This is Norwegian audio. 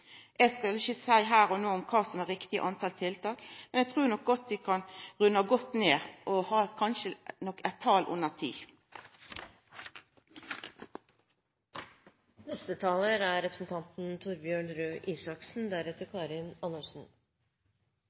Eg skal ikkje her og no seia kva som er det riktige talet på tiltak, men eg trur ein kan runda godt nedover – kanskje til eit tal under ti. Jeg vil også takke for interpellasjonen. Dette er